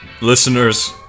listeners